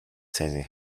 changing